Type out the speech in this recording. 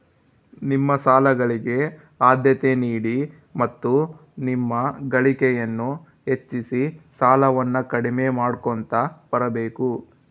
ನಿಮ್ಮ ಸಾಲಗಳಿಗೆ ಆದ್ಯತೆ ನೀಡಿ ಮತ್ತು ನಿಮ್ಮ ಗಳಿಕೆಯನ್ನು ಹೆಚ್ಚಿಸಿ ಸಾಲವನ್ನ ಕಡಿಮೆ ಮಾಡ್ಕೊಂತ ಬರಬೇಕು